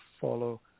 follow